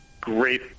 great